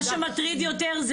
מה שמטריד יותר,